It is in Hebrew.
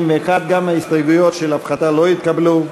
61. גם ההסתייגויות של הפחתה לא התקבלו.